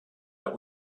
der